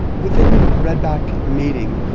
within red-back mating,